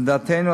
לדעתנו,